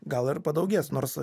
gal ir padaugės nors